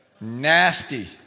Nasty